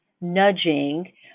nudging